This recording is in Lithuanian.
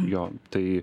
jo tai